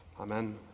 amen